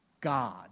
God